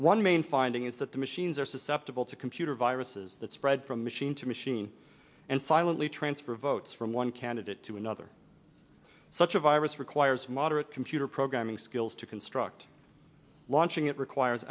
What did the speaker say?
one main finding is that the machines are susceptible to computer viruses that spread from machine to machine and silently transfer votes from one candidate to another such a virus requires moderate computer programming skills to construct launching it requires